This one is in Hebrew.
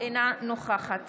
אינה נוכחת